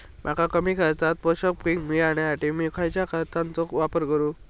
मका कमी खर्चात पोषक पीक मिळण्यासाठी मी खैयच्या खतांचो वापर करू?